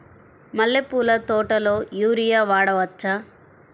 మల్లె పూల తోటలో యూరియా వాడవచ్చా?